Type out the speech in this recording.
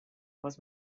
was